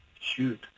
shoot